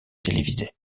télévisées